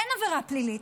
אין עבירה פלילית,